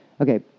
Okay